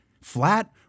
flat